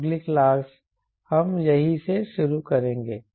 तो अगली क्लास हम यहीं से शुरू करेंगे